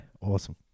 Awesome